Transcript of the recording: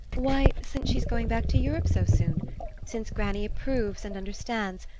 why since she's going back to europe so soon since granny approves and understands,